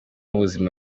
ubuzima